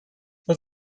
was